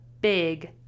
big